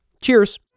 Cheers